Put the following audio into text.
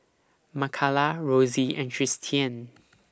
Makala Rosy and Tristian